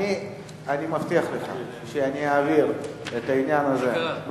אני מבטיח לך שבשבוע הבא אני אעביר את העניין הזה אל